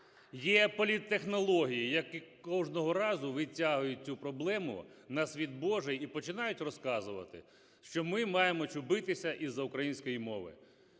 Є політтехнології, як і кожного разу, відтягують цю проблему на світ Божий і починають розказувати, що ми маємо чубитися із-за української мови.